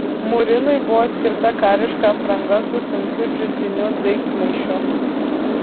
murinui buvo skirta kariška apranga su sunkiu džiutiniu daiktmaišiu